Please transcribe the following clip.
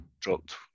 dropped